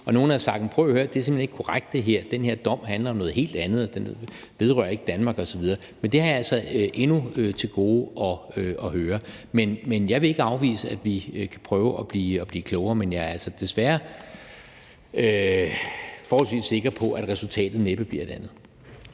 og nogen havde sagt: Prøv at høre her, det her er simpelt hen ikke korrekt; den her dom handler om noget helt andet, og den vedrører ikke Danmark osv. Men det har jeg altså endnu til gode at høre. Men jeg vil ikke afvise, at vi kan prøve at blive klogere, men jeg er altså desværre forholdsvis sikker på, at resultatet næppe bliver et andet.